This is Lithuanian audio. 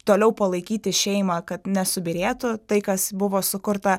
toliau palaikyti šeimą kad nesubyrėtų tai kas buvo sukurta